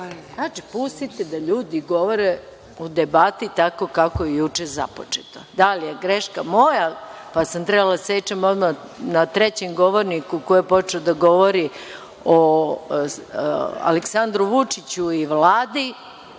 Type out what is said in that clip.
Znači, pustite da ljudi govore u debati tako kako je juče započeto. Da li je greška moja, pa sam trebala da sečem odmah na trećem govorniku koji je počeo da govori o Aleksandru Vučiću i Vladi,